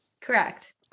Correct